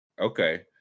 okay